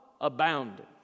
abounding